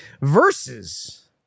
versus